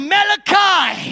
Malachi